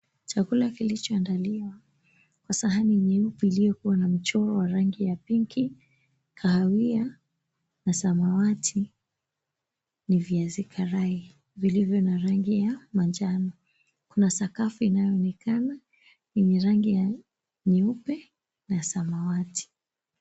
Chakula kilochoandaliwa kwa sahani nyeupe iliyokuwa na mchoro wa rangi ya pink ,kahawia na samawati ni viazi karai vilivyo na rangi ya manjano, kuna sakafu inayoonekana yenye rangi ya nyeupe na samawati.